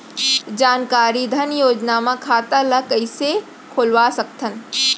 जानकारी धन योजना म खाता ल कइसे खोलवा सकथन?